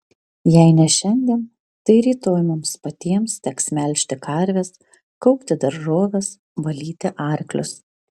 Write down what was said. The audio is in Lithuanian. jei ne šiandien tai rytoj mums patiems teks melžti karves kaupti daržoves valyti arklius